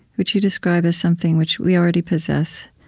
which you describe as something which we already possess.